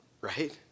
right